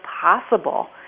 possible